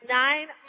nine